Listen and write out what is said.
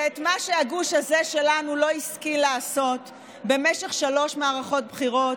ומה שהגוש הזה שלנו לא השכיל לעשות במשך שלוש מערכות בחירות,